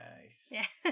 Nice